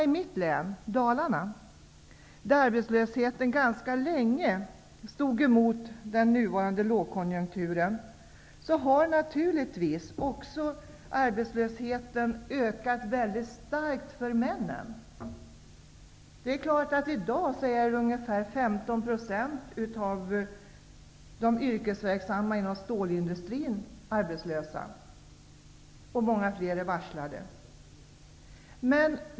I mitt län -- jag bor i Dalarna -- där man ganska länge stod emot den nuvarande lågkonjunkturen, har arbetslösheten naturligtvis också ökat väldigt starkt för männen. I dag är ungefär 15 % av de yrkesverksamma inom stålindustrin arbetslösa, och många fler är varslade.